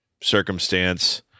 circumstance